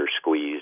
squeezed